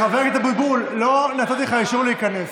חבר הכנסת אבוטבול, לא נתתי לך אישור להיכנס.